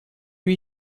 lui